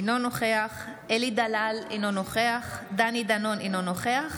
אינו נוכח אלי דלל, אינו נוכח דני דנון, אינו נוכח